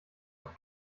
auf